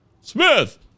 Smith